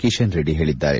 ಕಿಶನ್ ರೆಡ್ಡಿ ಹೇಳಿದ್ದಾರೆ